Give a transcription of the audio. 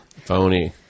Phony